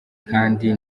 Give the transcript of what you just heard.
kandi